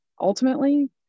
Ultimately